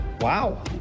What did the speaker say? wow